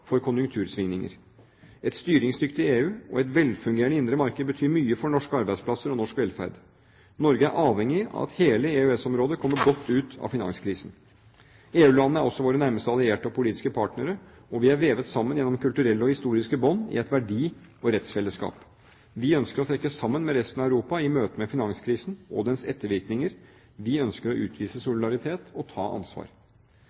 for konjunktursvingninger. Et styringsdyktig EU og et velfungerende indre marked betyr mye for norske arbeidsplasser og norsk velferd. Norge er avhengig av at hele EØS-området kommer godt ut av finanskrisen. EU-landene er også våre nærmeste allierte og politiske partnere, og vi er vevet sammen gjennom kulturelle og historiske bånd i et verdi- og rettsfellesskap. Vi ønsker å trekke sammen med resten av Europa i møtet med finanskrisen og dens ettervirkninger. Vi ønsker å utvise